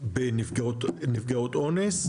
ונפגעות אונס,